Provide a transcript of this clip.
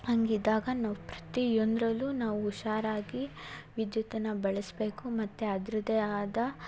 ಹಾಗಿದ್ದಾಗ ನಾವು ಪ್ರತಿಯೊಂದರಲ್ಲೂ ನಾವು ಹುಷಾರಾಗಿ ವಿದ್ಯುತ್ತನ್ನು ಬಳಸಬೇಕು ಮತ್ತು ಅದ್ರದ್ದೇ ಆದ